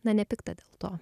na ne pikta dėl to